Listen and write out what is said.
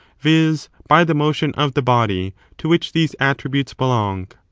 viz. by the motion of the body to which these attributes belong.